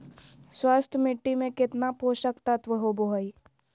स्वस्थ मिट्टी में केतना पोषक तत्त्व होबो हइ?